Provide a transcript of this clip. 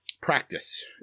Practice